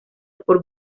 por